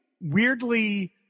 weirdly